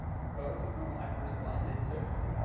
ah both of whom i've responded to.